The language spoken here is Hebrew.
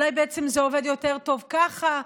אולי בעצם זה עובד יותר טוב ככה?